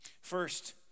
first